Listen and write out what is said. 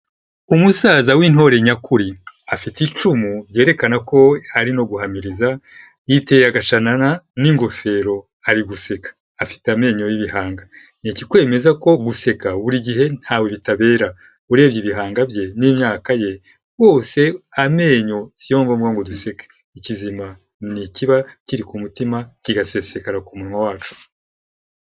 Umusaza w'intore nyakuri, afite icumu ryerekana ko ari no guhamiriza, yiteye agashanana n'ingofero ari guseka, afite amenyo y'ibihanga. Ni ikikwemeza ko guseka buri gihe ntawe bitabera, urebye ibihanga bye n'imyaka ye, rwose amenyo si yo ngombwa ngo duseke, ikizima ni ikiba kiri ku mutima kigasesekara ku munwa wacu.